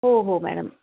हो हो मॅडम